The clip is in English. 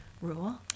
rule